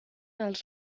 els